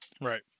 Right